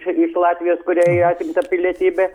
iš latvijos kuriai atimta pilietybė